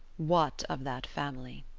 what of that family